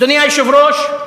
אדוני היושב-ראש,